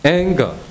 anger